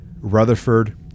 Rutherford